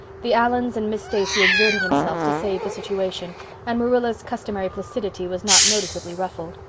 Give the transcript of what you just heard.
the allans and miss stacy exerted themselves to save the situation and marilla's customary placidity was not noticeably ruffled.